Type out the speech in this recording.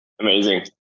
Amazing